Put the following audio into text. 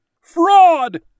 Fraud